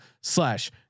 slash